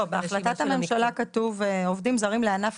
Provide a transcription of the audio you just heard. בהחלטת הממשלה כתוב: עובדים זרים לענף